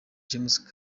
james